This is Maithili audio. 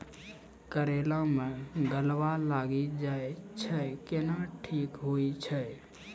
करेला मे गलवा लागी जे छ कैनो ठीक हुई छै?